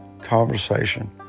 conversation